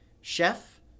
Chef